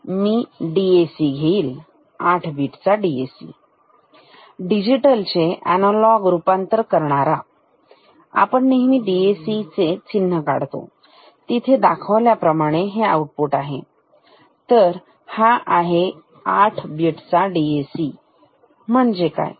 मी DAC घेईन 8 bit चा DAC digital चे अनालॉग रूपांतर करणारा आपण नेहमी DAC हे चिन्ह काढतो येथे दाखवल्या प्रमाणेहे आउटपुट आहे तर हा आहे 8 बिटचा DAC म्हणजे काय